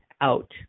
out